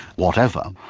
whatever,